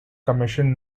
commission